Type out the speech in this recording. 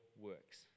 works